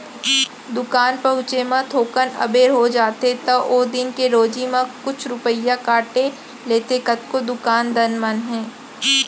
दुकान पहुँचे म थोकन अबेर हो जाथे त ओ दिन के रोजी म कुछ रूपिया काट लेथें कतको दुकान दान मन ह